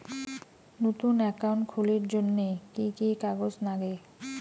নতুন একাউন্ট খুলির জন্যে কি কি কাগজ নাগে?